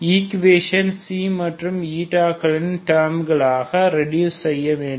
equation மற்றும் களின் டேர்ம்ளகளாக ரெடியூஸ் செய்ய வேண்டும்